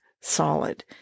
solid